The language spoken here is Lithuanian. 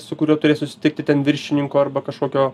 su kuriuo turi susitikti ten viršininko arba kažkokio